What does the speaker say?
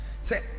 Say